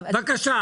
הדין.